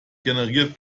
generiert